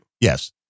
Yes